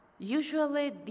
Usually